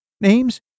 names